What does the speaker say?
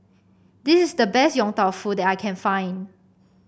this is the best Yong Tau Foo that I can find